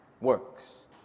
works